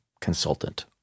consultant